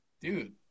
dude